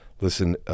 listen